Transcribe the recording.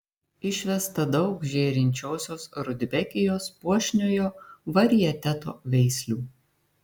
išvesta daug žėrinčiosios rudbekijos puošniojo varieteto veislių